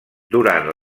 durant